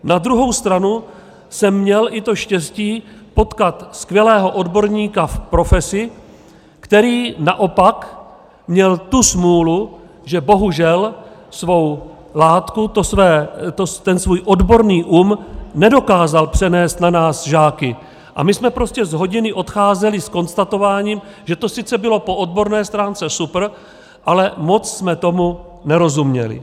Na druhou stranu jsem měl i to štěstí, potkat skvělého odborníka v profesi, který naopak měl tu smůlu, že bohužel svou látku, ten svůj odborný um, nedokázal přenést na nás žáky a my jsme prostě z hodiny odcházeli s konstatováním, že to sice bylo po odborné stránce super, ale moc jsme tomu nerozuměli.